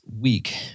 week